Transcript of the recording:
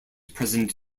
president